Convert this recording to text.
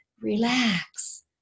relax